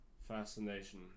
fascination